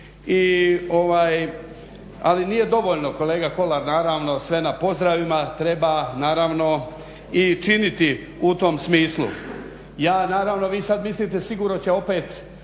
ali nije dovoljno kolega Kolar naravno sve na pozdravima. Treba naravno i činiti u tom smislu. Ja naravno vi sad mislite sigurno će opet